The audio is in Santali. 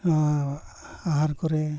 ᱱᱚᱣᱟ ᱟᱦᱟᱨ ᱠᱚᱨᱮ